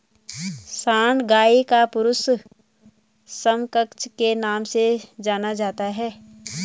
सांड गाय का पुरुष समकक्ष के नाम से जाना जाता है